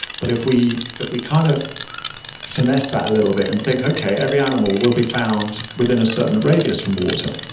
but if we if we kind of finesse that a little bit and think, okay, every animal will be found within a certain radius from water.